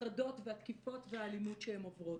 ההטרדות והתקיפות והאלימות שהן עוברות.